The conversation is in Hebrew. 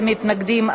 מתנגדים,